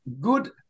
good